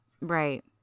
Right